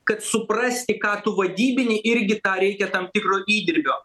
kad suprasti ką tu vadybini irgi tą reikia tam tikro įdirbio